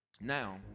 now